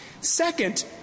Second